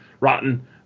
rotten